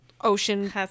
ocean